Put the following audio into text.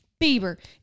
Bieber